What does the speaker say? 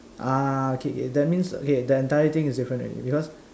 ah okay K then the entire thing is different already because